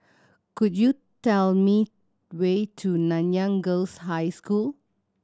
could you tell me way to Nanyang Girls' High School